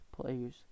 players